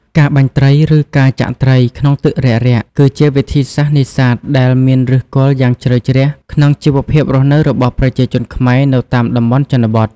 ការបាញ់ត្រី ឬ ការចាក់ត្រី ក្នុងទឹករាក់ៗ គឺជាវិធីសាស្ត្រនេសាទដែលមានឫសគល់យ៉ាងជ្រៅជ្រះក្នុងជីវភាពរស់នៅរបស់ប្រជាជនខ្មែរនៅតាមតំបន់ជនបទ។